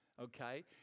Okay